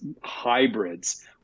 hybrids